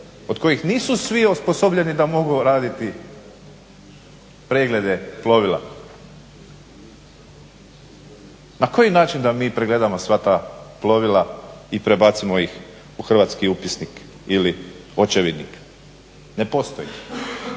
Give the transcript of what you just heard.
od kojih nisu svi osposobljeni da mogu raditi preglede plovila. Na koji način da mi pregledamo sva ta plovila i prebacimo ih u hrvatski upisnik ili očevidnik. Ne postoji.